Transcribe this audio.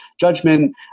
judgment